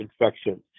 infection